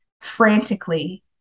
frantically